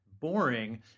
boring